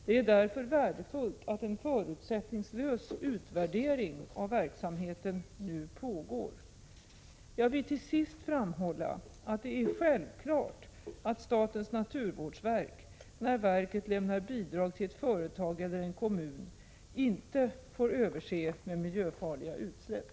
Det är därför värdefullt att en förutsättningslös utvärdering av verksamheten nu pågår. Jag vill till sist framhålla att det är självklart att statens naturvårdsverk, när verket lämnar bidrag till ett företag eller en kommun, inte får överse med miljöfarliga utsläpp.